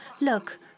look